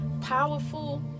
Powerful